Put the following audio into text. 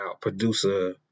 producer